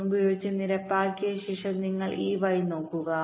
1 ഉപയോഗിച്ച് നിരപ്പാക്കിയ ശേഷം നിങ്ങൾ ഈ y നോക്കുക